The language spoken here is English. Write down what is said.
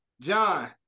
John